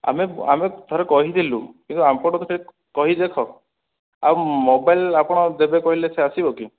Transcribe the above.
ଆମେ ଆମେ ଥରେ କହିଥିଲୁ କିନ୍ତୁ ଆମ ପଟକୁ ସେ କହିଦେଖ ଆଉ ମୋବାଇଲ୍ ଆପଣ ଦେବେ କହିଲେ ସେ ଆସିବକି